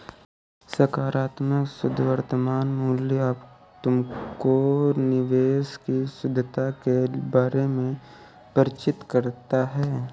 सकारात्मक शुद्ध वर्तमान मूल्य तुमको निवेश की शुद्धता के बारे में परिचित कराता है